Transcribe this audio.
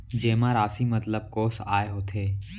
जेमा राशि मतलब कोस आय होथे?